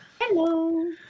Hello